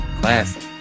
classic